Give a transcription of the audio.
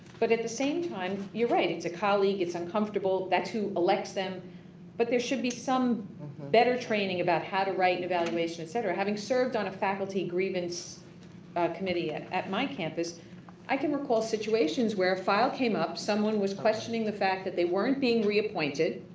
but at the same time, you're right. it's a colleague, it's uncomfortable. that's who elects them but there should be some better training about how to write an evaluation, et cetera, having been served on a faculty grievance committee at at my campus i can recall situations where a file came up, someone was question and the fact that they weren't being reappointed.